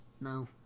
No